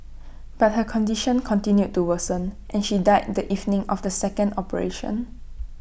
but her condition continued to worsen and she died the evening of the second operation